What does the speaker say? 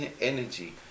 energy